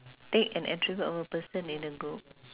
take an attribute of a person in a group